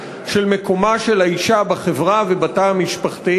של מקומה של האישה בחברה ובתא המשפחתי.